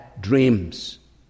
dreams